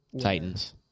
Titans